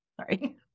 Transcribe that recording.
sorry